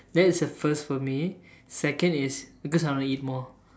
that's the first for me second is because I want to eat more